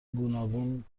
گوناگون